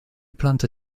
plante